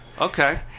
Okay